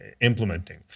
implementing